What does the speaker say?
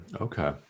Okay